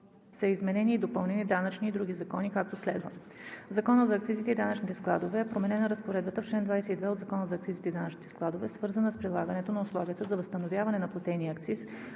са изменени и допълнени данъчни и други закони, както следва: В Закона за акцизите и данъчните складове е променена разпоредбата на чл. 22 от Закона за акцизите и данъчните складове, свързана с прилагането на условията за възстановяване на платения акциз